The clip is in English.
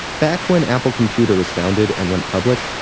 back when apple computer was founded and went public,